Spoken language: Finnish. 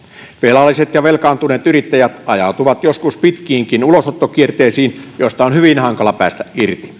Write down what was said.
velalliset ja velkaantuneet yrittäjät ajautuvat joskus pitkiinkin ulosottokierteisiin joista on hyvin hankala päästä irti